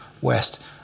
West